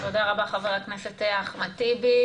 תודה רבה חבר הכנסת אחמד טיבי.